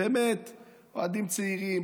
אוהדים צעירים,